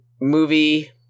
movie